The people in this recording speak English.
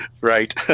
Right